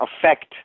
affect